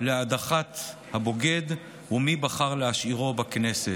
להדחת הבוגד ומי בחר להשאירו בכנסת.